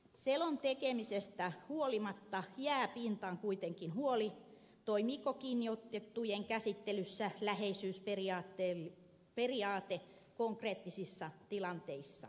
selon tekemisestä huolimatta jää pintaan kuitenkin huoli toimiiko kiinniotettujen käsittelyssä läheisyysperiaate konkreettisissa tilanteissa